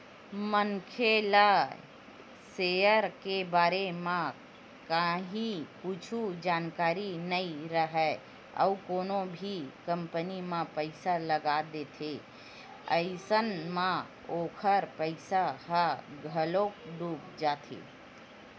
मनखे ला सेयर के बारे म काहि कुछु जानकारी नइ राहय अउ कोनो भी कंपनी म पइसा लगा देथे अइसन म ओखर पइसा ह घलोक डूब जाथे